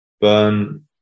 burn